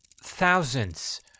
thousands